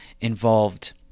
involved